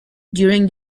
during